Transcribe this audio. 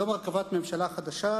יום הרכבת ממשלה חדשה,